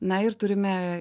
na ir turime